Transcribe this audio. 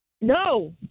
No